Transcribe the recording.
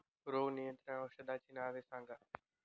रोग नियंत्रण औषधांची नावे सांगा?